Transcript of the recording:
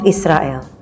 Israel